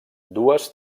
dues